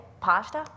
pasta